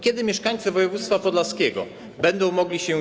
Kiedy mieszkańcy województwa podlaskiego będą mogli cieszyć się.